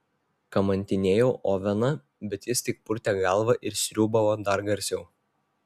kamantinėjau oveną bet jis tik purtė galvą ir sriūbavo dar garsiau